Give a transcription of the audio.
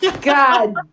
God